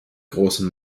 großen